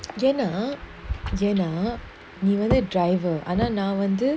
gina gina neither driver other now and then